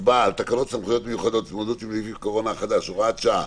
תקנות סמכויות מיוחדות להתמודדות עם נגיף הקורונה החדש (הוראת שעה)